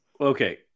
Okay